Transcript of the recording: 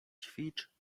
ćwicz